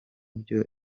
byo